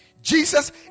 Jesus